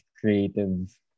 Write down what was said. creative